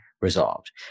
resolved